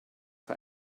for